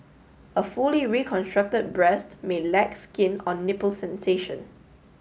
a fully reconstruct breast may lack skin or nipple sensation